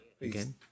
again